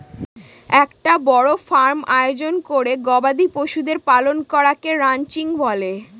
একটা বড় ফার্ম আয়োজন করে গবাদি পশুদের পালন করাকে রানচিং বলে